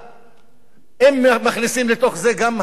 אם מכניסים לתוך זה גם נשים ערביות שמעולם